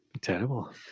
Terrible